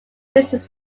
business